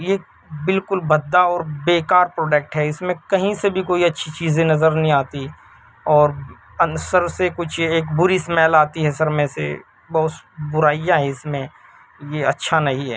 یہ بالکل بھدّا اور بیکار پروڈکٹ ہے اس میں کہیں سے بھی کوئی اچھی چیزیں نظر نہیں آتی اور سر سے کچھ ایک بری اسمیل آتی ہے سر میں سے بہت برائیاں ہیں اس میں یہ اچّھا نہیں ہے